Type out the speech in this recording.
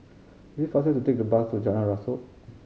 is faster to take the bus to Jalan Rasok